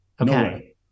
okay